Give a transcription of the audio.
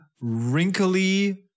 wrinkly